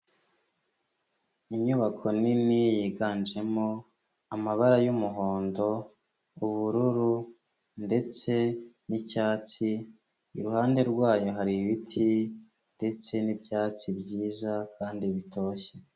Inyubako nini yiganjemo amabara y'umuhondo, ubururu ndetse n'icyatsi, iruhande rwayo hari ibiti ndetse n'ibyatsi byiza kandi bitoshye.